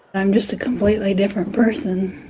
i'm just a completely different person.